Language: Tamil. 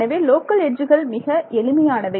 எனவே லோக்கல் எட்ஜுகள் மிக எளிமையானவை